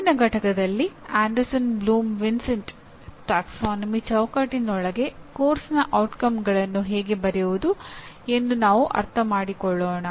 ಮುಂದಿನ ಪಠ್ಯದಲ್ಲಿ Anderson Bloom ವಿನ್ಸೆಂಟಿ ಪ್ರವರ್ಗದ ಚೌಕಟ್ಟಿನೊಳಗೆ ಪಠ್ಯಕ್ರಮದ ಪರಿಣಾಮಗಳನ್ನು ಹೇಗೆ ಬರೆಯುವುದು ಎಂದು ನಾವು ಅರ್ಥಮಾಡಿಕೊಳ್ಳೋಣ